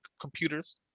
computers